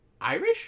Irish